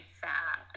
fat